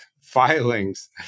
filings